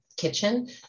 kitchen